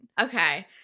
Okay